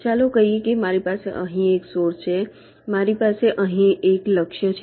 ચાલો કહીએ કે મારી પાસે અહીં એક સોર્સ છે મારી પાસે અહીં લક્ષ્ય છે